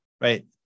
right